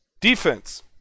Defense